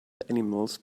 animals